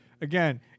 again